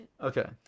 Okay